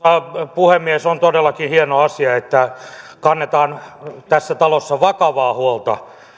puhemies on todellakin hieno asia että tässä talossa kannetaan vakavaa huolta